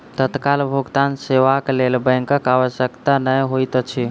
तत्काल भुगतान सेवाक लेल बैंकक आवश्यकता नै होइत अछि